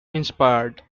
inspired